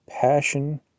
passion